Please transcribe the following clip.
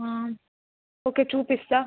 okay చూపిస్తాను